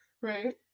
Right